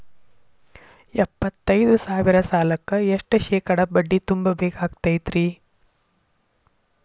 ಎಪ್ಪತ್ತೈದು ಸಾವಿರ ಸಾಲಕ್ಕ ಎಷ್ಟ ಶೇಕಡಾ ಬಡ್ಡಿ ತುಂಬ ಬೇಕಾಕ್ತೈತ್ರಿ?